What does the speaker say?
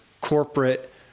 corporate